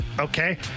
Okay